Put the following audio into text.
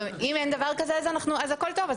אם אין דבר כזה אז הכול טוב.